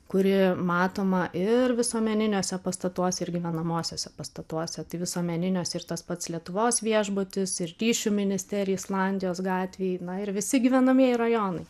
kuri matoma ir visuomeniniuose pastatuose ir gyvenamuosiuose pastatuose visuomeniniuose ir tas pats lietuvos viešbutis irtyšių ministerija islandijos gatvėj na ir visi gyvenamieji rajonai